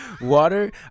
Water